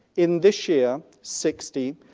in this year, sixty,